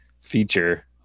feature